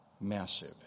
massive